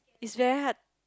it's very hard